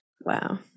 Wow